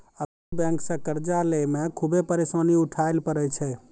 अभियो बेंक से कर्जा लेय मे खुभे परेसानी उठाय ले परै छै